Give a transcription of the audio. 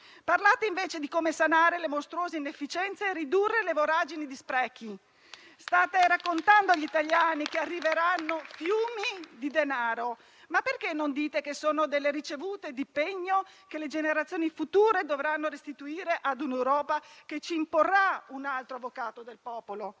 Parlate invece di come sanare le mostruose inefficienze e ridurre le voragini di sprechi. State raccontando agli italiani che arriveranno fiumi di denaro, ma perché non dite che sono delle ricevute di pegno che le generazioni future dovranno restituire a una Europa che ci imporrà un altro avvocato del popolo?